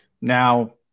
Now –